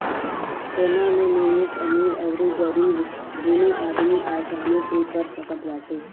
सोना में निवेश अमीर अउरी गरीब दूनो आदमी आसानी से कर सकत बाटे